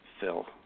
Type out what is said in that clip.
Phil